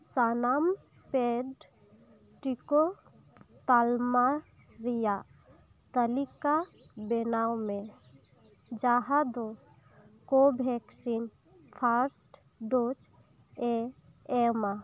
ᱥᱟᱱᱟᱢ ᱯᱮᱰ ᱴᱤᱠᱟᱹ ᱛᱟᱞᱢᱟ ᱨᱮᱭᱟᱜ ᱛᱟᱞᱤᱠᱟ ᱵᱮᱱᱟᱣ ᱢᱮ ᱡᱟᱦᱟᱸ ᱫᱚ ᱠᱳ ᱵᱷᱮᱠᱥᱤᱱ ᱯᱷᱟᱥᱴ ᱰᱳᱡᱽ ᱮ ᱮᱢᱟ